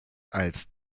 als